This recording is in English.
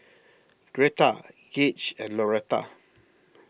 Gretta Gage and Loretta